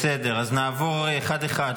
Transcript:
בסדר, אז נעבור אחד-אחד.